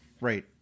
Right